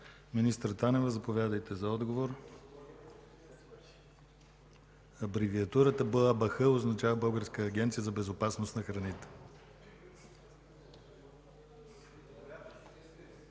Министър Танева, заповядайте за отговор. Абревиатурата БАБХ означава Българска агенция за безопасност на храните.